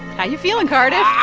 how you feeling, cardiff?